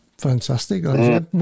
Fantastic